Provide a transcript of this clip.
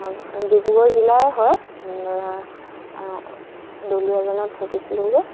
ডিব্ৰুগড় জিলাই হয় ডুলিয়াজানত শিকিছিলোঁগে